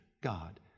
God